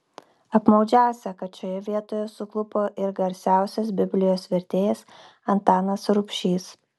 apmaudžiausia kad šioje vietoje suklupo ir garsiausias biblijos vertėjas antanas rubšys